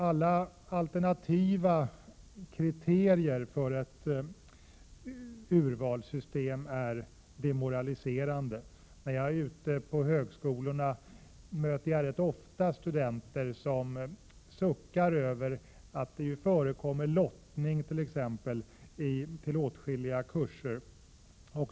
Alla alternativa kriterier i ett urvalssystem är demoraliserande. När jag är ute på högskolorna möter jag rätt ofta studenter som suckar över att det förekommer lottning vid antagningen till åtskilliga kurser.